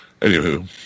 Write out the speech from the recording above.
anywho